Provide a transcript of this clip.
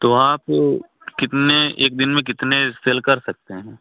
तो आप कितने एक दिन में कितने सेल कर सकते हैं